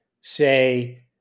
say